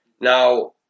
Now